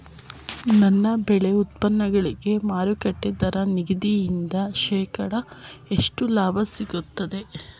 ನನ್ನ ಬೆಳೆ ಉತ್ಪನ್ನಗಳಿಗೆ ಮಾರುಕಟ್ಟೆ ದರ ನಿಗದಿಯಿಂದ ಶೇಕಡಾ ಎಷ್ಟು ಲಾಭ ಸಿಗುತ್ತದೆ?